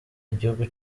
igihugu